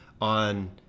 on